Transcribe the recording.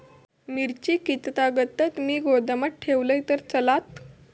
मिरची कीततागत मी गोदामात ठेवलंय तर चालात?